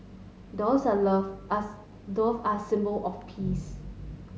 doves are love us dove are symbol of peace